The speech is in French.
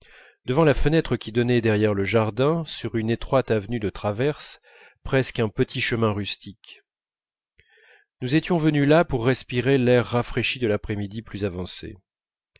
devant la fenêtre qui donnait derrière le jardin sur une étroite avenue de traverse presque un petit chemin rustique nous étions venus là pour respirer l'air rafraîchi de l'après-midi avancé